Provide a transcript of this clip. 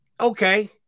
Okay